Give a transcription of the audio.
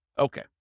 Okay